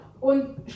Und